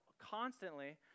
constantly